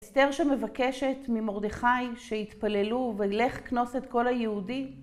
אסתר שמבקשת ממרדכי שיתפללו ולך כנוס את כל היהודים